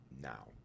now